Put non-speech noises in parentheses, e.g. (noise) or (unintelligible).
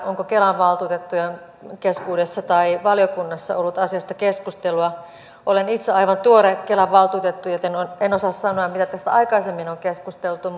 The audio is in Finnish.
onko kelan valtuutettujen keskuudessa tai valiokunnassa ollut asiasta keskustelua olen itse aivan tuore kelan valtuutettu joten en osaa sanoa mitä tästä aikaisemmin on keskusteltu (unintelligible)